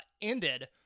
ended